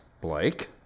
Blake